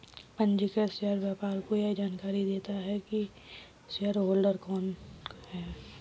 पंजीकृत शेयर व्यापार को यह जानकरी देता है की शेयरहोल्डर कौन है